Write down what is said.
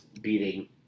beating